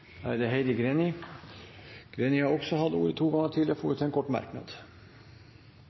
Heidi Greni har hatt ordet to ganger tidligere og får ordet til en kort merknad,